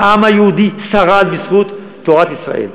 והעם היהודי שרד בזכות תורת ישראל.